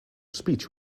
speech